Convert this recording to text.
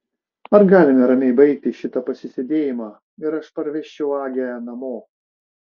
ar galime ramiai baigti šitą pasisėdėjimą ir aš parvežčiau agę namo